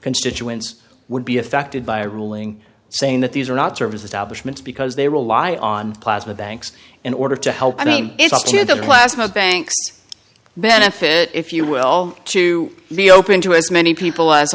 constituents would be affected by a ruling saying that these are not services because they rely on plasma banks in order to help i mean it's up to the last five banks benefit if you will to be open to as many people